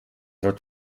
wordt